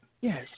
Yes